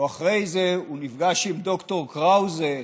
אחרי זה הוא נפגש עם ד"ר קראוזה,